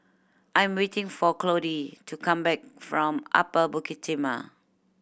I am waiting for Claudie to come back from Upper Bukit Timah